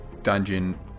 dungeon